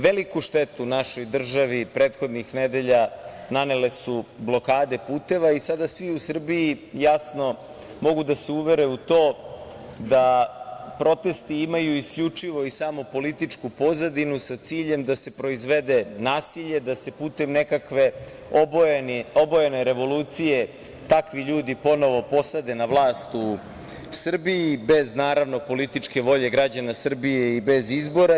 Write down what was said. Veliku štetu našoj državi prethodnih nedelja nanele su blokade puteva i sada svi u Srbiji jasno mogu da se uvere u to da protesti imaju isključivo i samo političku pozadinu, sa ciljem da se proizvede nasilje, da se putem nekakve obojene revolucije takvi ljudi ponovo posade na vlast u Srbiji bez, naravno, političke volje građana Srbije i bez izbora.